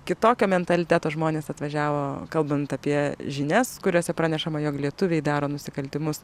kitokio mentaliteto žmonės atvažiavo kalbant apie žinias kuriose pranešama jog lietuviai daro nusikaltimus